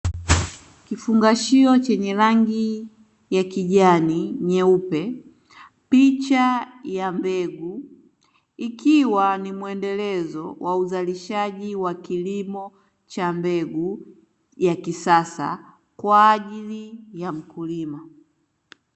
Kifungashio chenye rangi ya kijani na nyeupe. Picha ya mbegu ikiwa ni muendelezo wa uzalishaji wa kilimo cha mbegu ya kisasa kwa ajili ya mkulima.